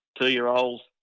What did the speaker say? two-year-olds